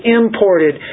imported